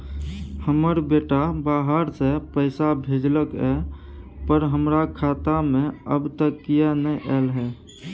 हमर बेटा बाहर से पैसा भेजलक एय पर हमरा खाता में अब तक किये नाय ऐल है?